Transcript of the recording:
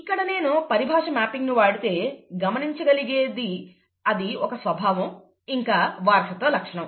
ఇక్కడ నేను పరిభాష మ్యాపింగ్ ను వాడితే గమనించగలిగితే అది ఒక స్వభావం ఇంకా వారసత్వ లక్షణం